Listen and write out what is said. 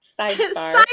sidebar